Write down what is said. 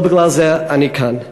לא בגלל זה אני כאן.